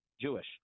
Jewish